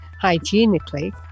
hygienically